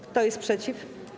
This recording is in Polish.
Kto jest przeciw?